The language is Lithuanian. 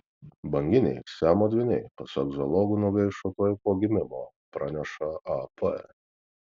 banginiai siamo dvyniai pasak zoologų nugaišo tuoj po gimimo praneša ap